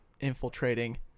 infiltrating